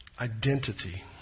Identity